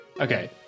okay